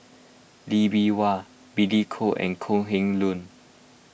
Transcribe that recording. Lee Bee Wah Billy Koh and Kok Heng Leun